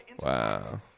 Wow